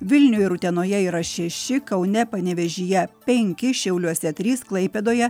vilniuj ir utenoje yra šeši kaune panevėžyje penki šiauliuose trys klaipėdoje